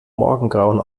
morgengrauen